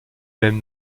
même